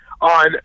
on